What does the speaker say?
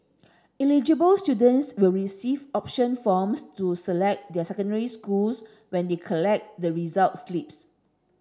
eligible students will receive option forms to select their secondary schools when they collect the results slips